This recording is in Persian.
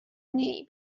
نمی